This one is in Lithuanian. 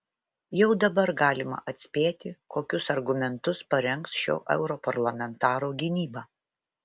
jau dabar galima atspėti kokius argumentus parengs šio europarlamentaro gynyba